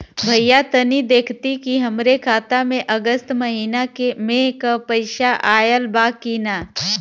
भईया तनि देखती की हमरे खाता मे अगस्त महीना में क पैसा आईल बा की ना?